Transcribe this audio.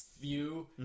view